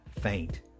faint